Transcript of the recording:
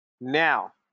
Now